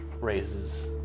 raises